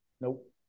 Nope